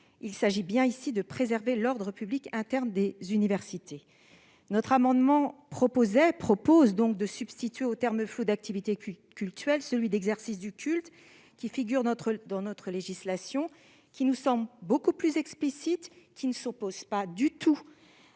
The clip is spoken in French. Il s'agit bien, ici, de préserver l'ordre public interne des universités. Notre amendement vise donc à substituer aux termes flous d'« activités cultuelles » ceux d'« exercice du culte », qui figurent dans notre législation et qui nous semblent beaucoup plus explicites. Du reste, cette